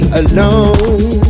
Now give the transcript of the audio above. alone